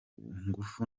ngufu